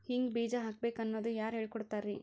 ಹಿಂಗ್ ಬೀಜ ಹಾಕ್ಬೇಕು ಅನ್ನೋದು ಯಾರ್ ಹೇಳ್ಕೊಡ್ತಾರಿ?